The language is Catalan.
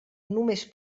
només